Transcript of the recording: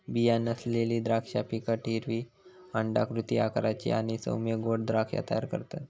बीया नसलेली द्राक्षा फिकट हिरवी अंडाकृती आकाराची आणि सौम्य गोड द्राक्षा तयार करतत